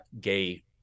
gay